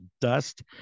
dust